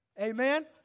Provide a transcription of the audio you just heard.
Amen